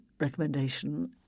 recommendation